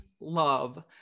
love